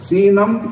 Sinam